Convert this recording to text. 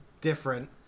different